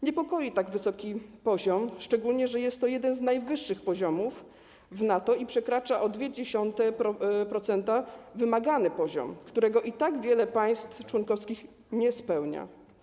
Niepokoi tak wysoki poziom, szczególnie że jest to jeden z najwyższych poziomów w NATO i przekracza o 0,2% wymagany poziom, wymóg, którego i tak wiele państw członkowskich nie spełnia.